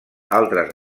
altres